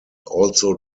also